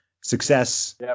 success